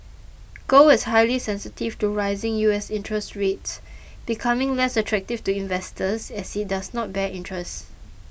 gold is highly sensitive to rising U S interest rates becoming less attractive to investors as it does not bear interest